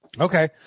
Okay